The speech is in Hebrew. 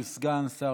תודה